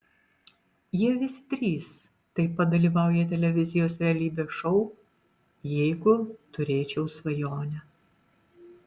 jie visi trys taip pat dalyvauja televizijos realybės šou jeigu turėčiau svajonę